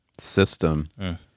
system